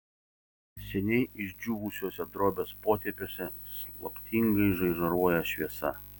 seniai išdžiūvusiuose drobės potėpiuose slaptingai žaižaruoja šviesa